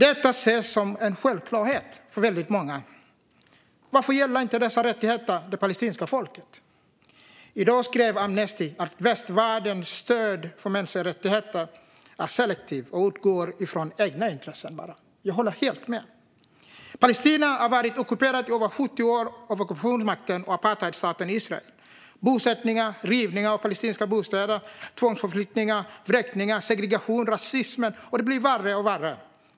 Detta ses som en självklarhet för väldigt många. Varför gäller inte dessa rättigheter det palestinska folket? I dag skrev Amnesty att västvärldens stöd för mänskliga rättigheter är selektivt och utgår från egna intressen. Jag håller helt med. Palestina har varit ockuperat i över 70 år av ockupationsmakten och apartheidstaten Israel. Det är bosättningar, rivningar av palestinska bostäder, tvångsförflyttningar, vräkningar, segregation och rasism. Och det blir värre och värre.